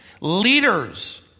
leaders